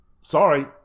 Sorry